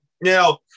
Now